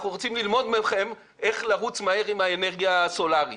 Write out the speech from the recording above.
והן רוצות ללמוד מאתנו איך לרוץ מהר עם האנרגיה הסולרית.